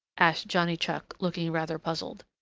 asked johnny chuck, looking rather puzzled.